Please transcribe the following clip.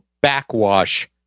backwash